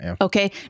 Okay